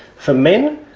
for men,